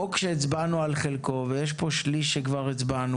חוק שהצבענו על חלקו הצבענו כבר על שליש,